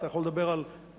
ואתה יכול לדבר על 100,